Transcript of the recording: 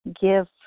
Give